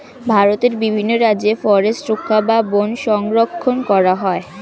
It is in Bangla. ভারতের বিভিন্ন রাজ্যে ফরেস্ট রক্ষা বা বন সংরক্ষণ করা হয়